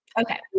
okay